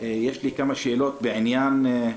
יש לי כמה שאלות קודם כול בעניין זה